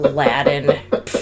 Aladdin